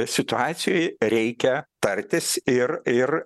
situacijoj reikia tartis ir ir